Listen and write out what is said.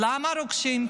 למה רוכשים,